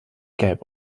gelb